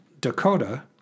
Dakota